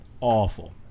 awful